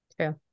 True